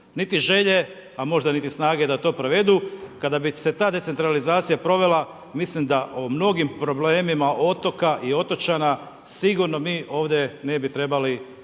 niti želje, a možda niti snage da to provedu, kada bi se ta decentralizacija provela, mislim da o mnogim problemima otoka i otočana sigurno mi ovdje ne bi trebali kao